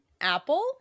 Apple